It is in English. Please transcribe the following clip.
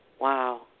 Wow